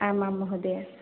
आम् आं महोदय